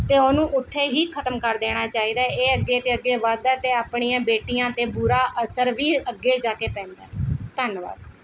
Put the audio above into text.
ਅਤੇ ਉਹਨੂੰ ਉੱਥੇ ਹੀ ਖਤਮ ਕਰ ਦੇਣਾ ਚਾਹੀਦਾ ਇਹ ਅੱਗੇ ਤੋਂ ਅੱਗੇ ਵੱਧਦਾ ਅਤੇ ਆਪਣੀਆਂ ਬੇਟੀਆਂ 'ਤੇ ਬੁਰਾ ਅਸਰ ਵੀ ਅੱਗੇ ਜਾ ਕੇ ਪੈਂਦਾ ਧੰਨਵਾਦ